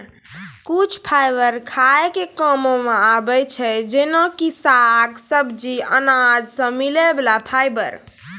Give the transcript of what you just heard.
कुछ फाइबर खाय के कामों मॅ आबै छै जेना कि साग, सब्जी, अनाज सॅ मिलै वाला फाइबर